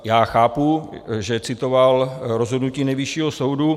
Já chápu, že citoval rozhodnutí Nejvyššího soudu.